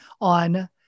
on